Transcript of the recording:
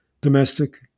domestic